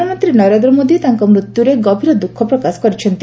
ପ୍ରଧାନମନ୍ତ୍ରୀ ନରେନ୍ଦ୍ର ମୋଦି ତାଙ୍କ ମୃତ୍ୟୁରେ ଗଭୀର ଦୁଃଖ ପ୍ରକାଶ କରିଛନ୍ତି